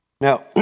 Now